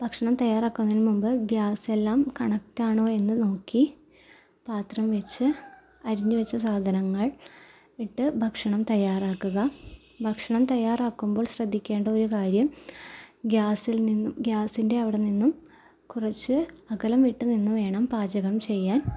ഭക്ഷണം തയ്യറാക്കുന്നതിന് മുമ്പ് ഗ്യാസെല്ലാം കണക്റ്റാണോ എന്ന് നോക്കി പാത്രം വെച്ച് അരിഞ്ഞു വച്ച സാധനങ്ങൾ ഇട്ട് ഭക്ഷണം തയ്യാറാക്കുക ഭക്ഷണം തയ്യാറാക്കുമ്പോൾ ശ്രദ്ധിക്കേണ്ട ഒരു കാര്യം ഗ്യാസിൽ നിന്നും ഗ്യാസിൻ്റെ അവിടെ നിന്നും കുറച്ച് അകലം വിട്ട് നിന്ന് വേണം പാചകം ചെയ്യാൻ